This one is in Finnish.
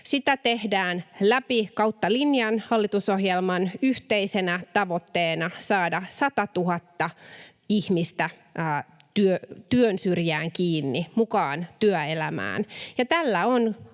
Sitä tehdään kautta linjan. Hallitusohjelman yhteisenä tavoitteena on saada 100 000 ihmistä työn syrjään kiinni, mukaan työelämään, ja tällä on